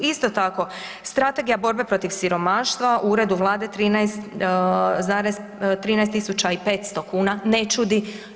Isto tako Strategija borbe protiv siromaštva u uredu vlade 13.500 kuna ne čudi.